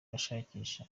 ashakisha